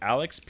Alex